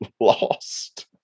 lost